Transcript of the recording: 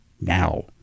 Now